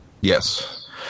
Yes